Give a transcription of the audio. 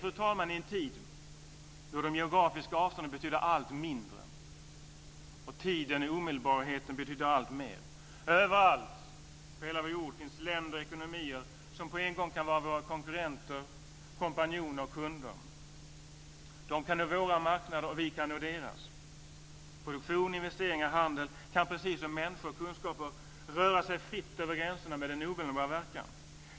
Vi lever i en tid då de geografiska avstånden betyder allt mindre och tiden och omedelbarheten betyder alltmer. Överallt på hela vår jord finns länder och ekonomier som på en och samma gång kan vara våra konkurrenter, kompanjoner och kunder. De kan nå våra marknader, och vi kan nå deras. Produktion, investeringar och handel kan precis som människor och kunskap röra sig fritt över gränserna med en omedelbar verkan.